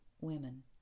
women